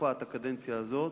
תקופת הקדנציה הזו,